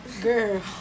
girl